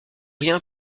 rien